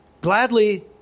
gladly